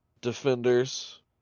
Defenders